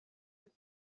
and